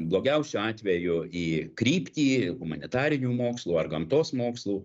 blogiausiu atveju į kryptį humanitarinių mokslų ar gamtos mokslų